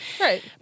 Right